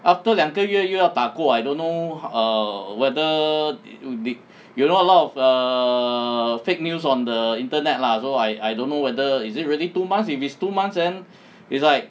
after 两个月又要打过 I don't know err whether 你你 you know a lot of err fake news on the internet lah so I I don't know whether is it really two months if it's two months then it's like